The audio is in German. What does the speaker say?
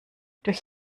durch